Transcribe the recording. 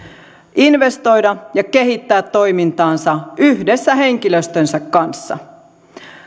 investoida ja kehittää toimintaansa yhdessä henkilöstönsä kanssa